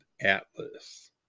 Atlas